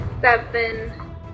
seven